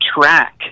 track